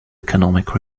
economic